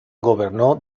gobernó